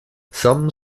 some